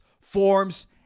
forms